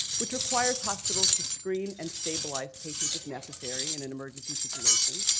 which requires hospitals to screen and stabilize patients if necessary in an emergency situation,